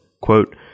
Quote